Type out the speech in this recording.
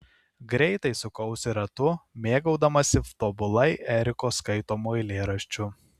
greitai sukausi ratu mėgaudamasi tobulai eriko skaitomu eilėraščiu